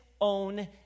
own